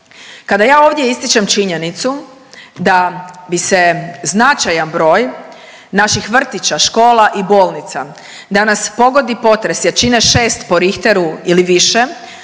Kada ja ovdje ističem činjenicu da bi se značajan broj naših vrtića, škola i bolnica da nas pogodi potres jačine 6 po Richteru ili više